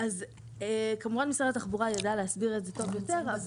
אז כמובן משרד התחבורה יידע להסביר את זה טוב יותר.